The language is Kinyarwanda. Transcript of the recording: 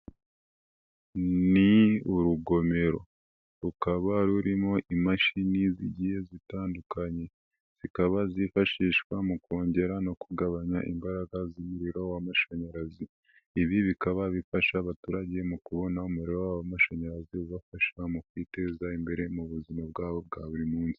Ni urugomero rukaba rurimo imashini zigiye zitandukanye. Zikaba zifashishwa mu kongera no kugabanya imbaraga z'umuriro w'amashanyarazi. Ibi bikaba bifasha abaturage mu kubona umuriro w' w'amashanyarazi ubafasha mu kwiteza imbere mu buzima bwabo bwa buri munsi.